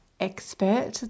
expert